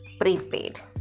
prepaid